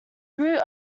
root